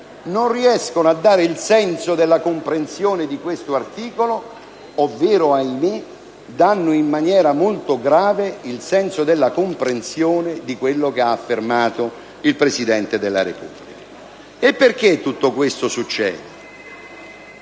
non riescono a dare il senso della comprensione di questo articolo ovvero, ahimè, danno in maniera molto grave il senso della comprensione di quello che ha affermato il Presidente della Repubblica. Per quale motivo tutto questo succede?